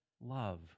love